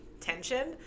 tension